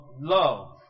love